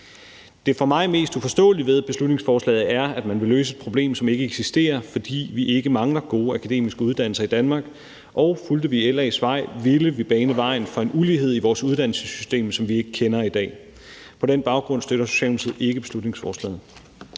Det for mig mest uforståelige ved beslutningsforslaget er, at man vil løse et problem, som ikke eksisterer, fordi vi ikke mangler gode akademiske uddannelser i Danmark, og fulgte vi LA's vej, ville vi bane vejen for en ulighed i vores uddannelsessystem, som vi ikke kender i dag. På den baggrund støtter Socialdemokratiet ikke beslutningsforslaget.